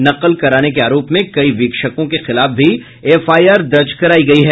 नकल कराने के आरोप में कई वीक्षकों के खिलाफ भी एफआईआर दर्ज करायी गयी है